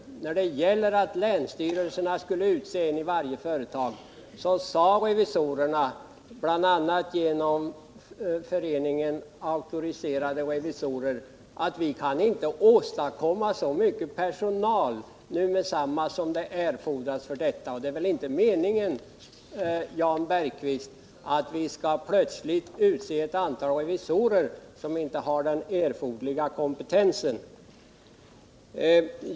När det gäller förslaget att länsstyrelserna skulle utse revisorer i vissa företag sade revisorerna bl.a. genom Föreningen Auktoriserade revisorer att de inte kan åstadkomma så mycket personal med detsamma som erfordras för detta. Det är väl inte meningen, Jan Bergqvist, att vi plötsligt skall utse ett antal revisorer som inte har den erforderliga kompetensen?